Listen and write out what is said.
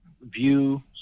view